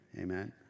Amen